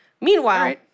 Meanwhile